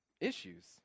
issues